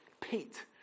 Pete